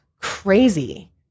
crazy